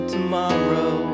tomorrow